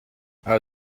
are